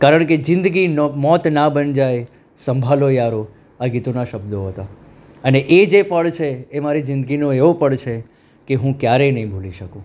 કારણ કે જિંદગી ના મોત ના બન જાયે સંભાલો યારો આ ગીતોના શબ્દો હતા અને એ જે પળ છે એ મારી જિંદગીનો એવો પળ છે કે જે હું ક્યારેય નહીં ભૂલી શકું